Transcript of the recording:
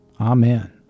Amen